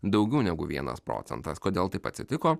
daugiau negu vienas procentas kodėl taip atsitiko